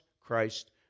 Christ